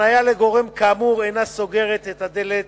הפנייה לגורם כאמור אינה סוגרת את הדלת